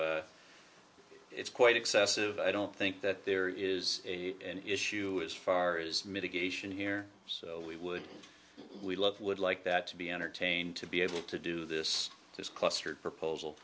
it's quite excessive i don't think that there is an issue as far as mitigation here so we would we love would like that to be entertained to be able to do this this cluster proposal